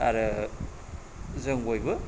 आरो जों बयबो